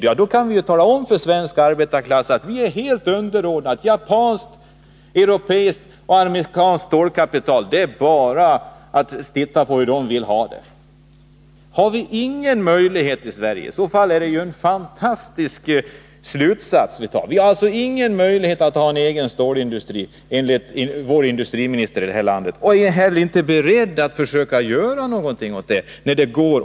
I så fall kan vi tala om för svensk arbetarklass att vi är helt underordnade japanskt, europeiskt och amerikanskt stålkapital. Det är bara för oss att se efter hur de vill ha det. Har vi inga möjligheter i Sverige? I så fall är det en fantastisk slutsats man drar. Vi har alltså enligt landets industriminister ingen möjlighet att ha en egen stålindustri.